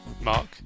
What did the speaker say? mark